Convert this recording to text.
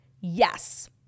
Yes